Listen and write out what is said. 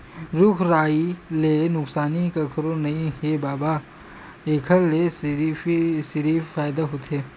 रूख राई ले नुकसानी कखरो नइ हे बबा, एखर ले सिरिफ फायदा होथे